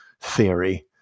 theory